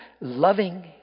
loving